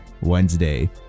wednesday